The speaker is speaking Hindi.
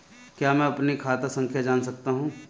क्या मैं अपनी खाता संख्या जान सकता हूँ?